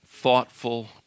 thoughtful